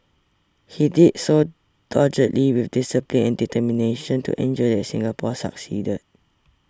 he did so doggedly with discipline and determination to ensure that Singapore succeeded